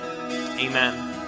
amen